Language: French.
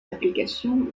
applications